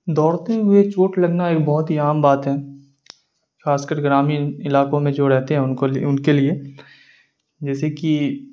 دوڑتے ہوئے چوٹ لگنا ایک بہت ہی عام بات ہے خاص کر گرامین علاقوں میں جو رہتے ہیں ان کو ان کے لیے جیسے کہ